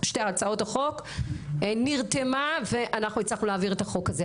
הצעות החוק נרתמה ואנחנו הצלחנו להעביר את החוק הזה.